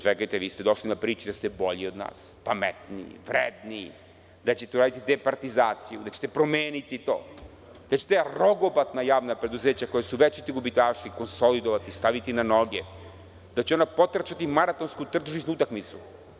Čekajte, vi ste došli na priči da ste bolji od nas, pametniji, vredniji, da ćete uraditi departizaciju, da ćete promeniti to, da će ta rogobatna javna preduzeća koja su večiti gubitaši, konsolidovati, staviti na noge, da će ona potrčati maratonsku tržišnu utakmicu.